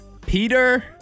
peter